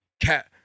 Cat